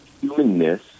humanness